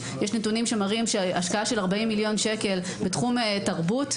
יש נתונים שמראים שהשקעה של 40 מיליון שקל בתחום תרבות,